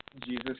Jesus